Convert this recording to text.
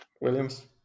Williams